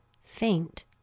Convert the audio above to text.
faint